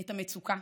את המצוקה,